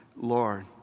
Lord